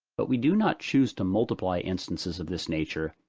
but we do not choose to multiply instances of this nature,